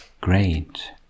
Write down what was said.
Great